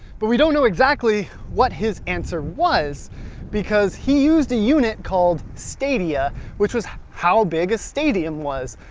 but we don't know exactly what his answer was because he used a unit called stadia which was how big a stadium was,